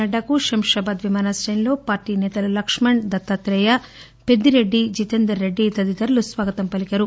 నడ్డాకు శంషాబాద్ విమానాశ్రయంలో పార్టీ సేతలు లక్కుణ్ దత్తాత్రేయ పెద్దిరెడ్డి జితేందర్ రెడ్డి తదితరులు స్వాగతం పలికారు